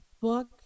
book